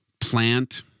plant